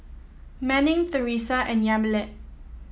Manning Theresa and Yamilet